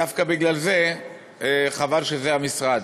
דווקא בגלל זה, חבל שזה המשרד.